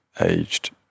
aged